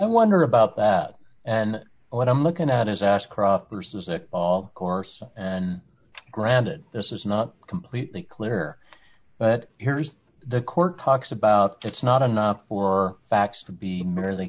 i wonder about that and what i'm looking at is ashcroft or says it all course and granted this is not completely clear but here's the court talks about it's not enough for facts to be merely